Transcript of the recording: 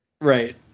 Right